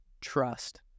trust